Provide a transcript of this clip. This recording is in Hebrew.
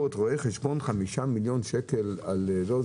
לי שחמישה מיליון שקל עבור שירותי ביקורת